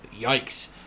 Yikes